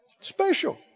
Special